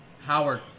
Howard